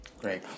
Great